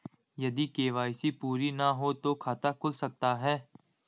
यदि के.वाई.सी पूरी ना हो तो खाता खुल सकता है?